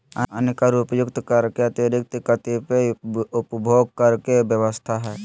अन्य कर उपर्युक्त कर के अतिरिक्त कतिपय उपभोग कर के व्यवस्था ह